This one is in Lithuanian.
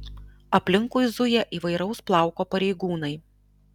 aplinkui zuja įvairaus plauko pareigūnai